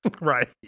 Right